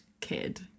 kid